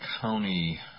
county